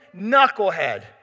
knucklehead